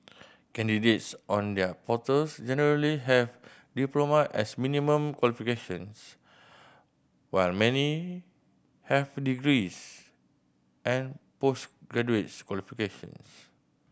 candidates on their portals generally have diploma as minimum qualifications while many have degrees and post graduates qualifications